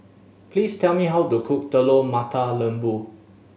please tell me how to cook Telur Mata Lembu